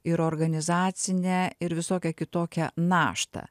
ir organizacinę ir visokią kitokią naštą